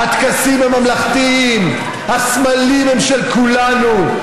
הטקסים הממלכתיים, הסמלים, הם של כולנו,